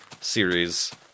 series